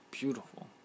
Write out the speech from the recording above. beautiful